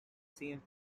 same